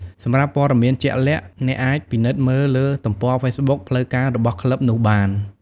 សម្រាប់ព័ត៌មានជាក់លាក់ អ្នកអាចពិនិត្យមើលលើទំព័រហ្វេសប៊ុកផ្លូវការរបស់ក្លឹបនោះបាន។